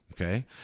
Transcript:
okay